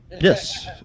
Yes